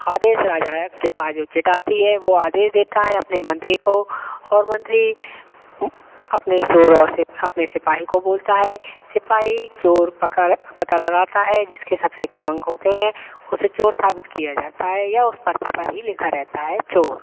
आदेश राजायक के पास जो चिट आती है वह आदेश देता है अपने मंत्री को और मंत्री अपने चोर और अपने सिपाही को बोलता है सिपाही चोर पकड़ पता लगाता है जिसके सबसे कम अंक होते हैं उसे चोर साबित किया जाता है या उस पर्ची पर ही लिखा रहता है चोर